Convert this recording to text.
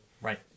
right